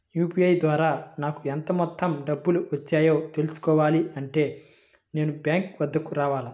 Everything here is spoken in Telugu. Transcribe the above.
యూ.పీ.ఐ ద్వారా నాకు ఎంత మొత్తం డబ్బులు వచ్చాయో తెలుసుకోవాలి అంటే నేను బ్యాంక్ వద్దకు రావాలా?